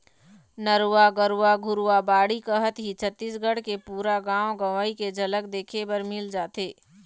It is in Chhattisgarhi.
नरूवा, गरूवा, घुरूवा, बाड़ी कहत ही छत्तीसगढ़ के पुरा गाँव गंवई के झलक देखे बर मिल जाथे